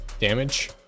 damage